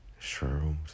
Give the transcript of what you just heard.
Shrooms